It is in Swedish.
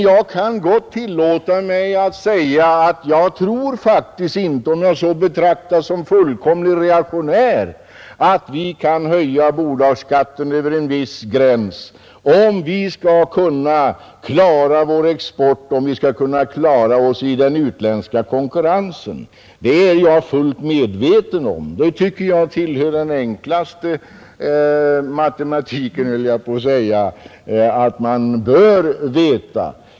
Jag kan gott tillåta mig att säga — även om jag betraktas som fullkomligt reaktionär — att jag faktiskt inte tror att vi kan höja bolagsskatten över en viss gräns, om vi skall kunna bibehålla vår export och klara oss i den utländska konkurrensen. Det är jag fullt medveten om. Jag tycker det tillhör den enklaste matematiken, höll jag på att säga, att veta detta.